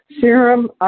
serum